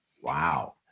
Wow